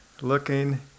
looking